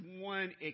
one